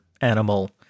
animal